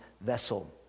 vessel